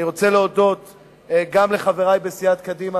אני רוצה להודות גם לחברי בסיעת קדימה,